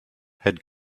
had